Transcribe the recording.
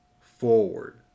forward